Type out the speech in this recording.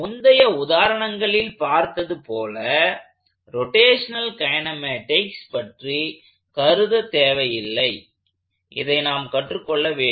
முந்தைய உதாரணங்களில் பார்த்ததுபோல ரொடேஷனல் கைனெமேட்டிக்ஸ் பற்றி கருதத் தேவையில்லை இதை நாம் கற்றுக் கொள்ள வேண்டும்